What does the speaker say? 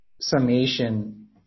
summation